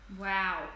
Wow